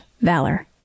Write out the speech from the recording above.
valor